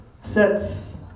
sets